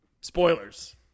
Spoilers